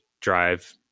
drive